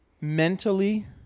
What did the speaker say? mentally